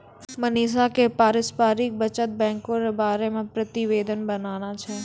मनीषा क पारस्परिक बचत बैंको र बारे मे प्रतिवेदन बनाना छै